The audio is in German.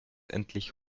endlich